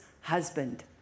husband